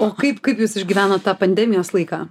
o kaip kaip jūs išgyvenot tą pandemijos laiką